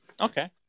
Okay